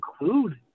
include